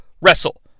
wrestle